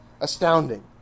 Astounding